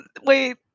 wait